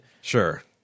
Sure